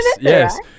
Yes